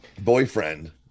boyfriend